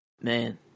Man